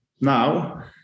now